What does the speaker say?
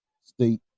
State